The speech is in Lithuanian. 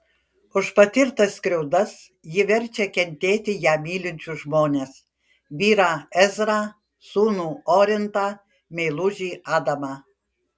už patirtas skriaudas ji verčia kentėti ją mylinčius žmones vyrą ezrą sūnų orintą meilužį adamą